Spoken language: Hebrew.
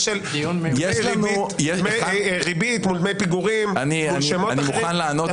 של ריבית מול דמי פיגורים מול שמות אחרים,